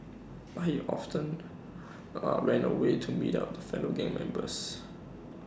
but he often ran away to meet up with fellow gang members